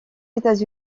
états